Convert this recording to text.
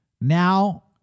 Now